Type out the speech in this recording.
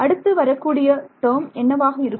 அடுத்து வரக்கூடிய டேர்ம் என்னவாக இருக்கும்